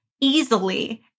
easily